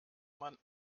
man